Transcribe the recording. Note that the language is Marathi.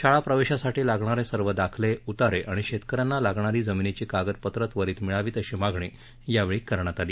शाळा प्रवेशासाठी लागणारे सर्व दाखले उतारे आणि शेतकऱ्यांना लागणारी जमिनीची कागदपत्रे त्वरीत मिळावीत अशी मागणी यावेळी करण्यात आली